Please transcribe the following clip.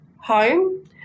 home